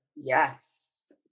Yes